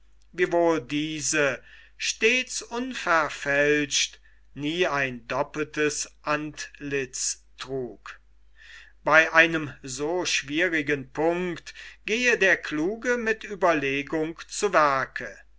diese stets unverfälscht nie ein doppeltes antlitz trug bei einem so schwierigen punkt gehe der kluge mit ueberlegung zu werke